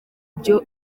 byo